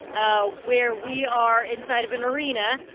ah where we are inside of an arena,